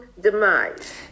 demise